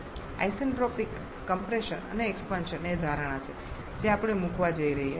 isentropic compression અને expansion એ ધારણા છે જે આપણે મૂકવા જઈ રહ્યા છીએ